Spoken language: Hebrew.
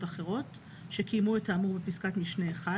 אחרות שקיימו את האמור בפסקת משנה (1),